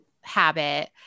habit